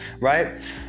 right